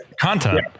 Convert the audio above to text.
content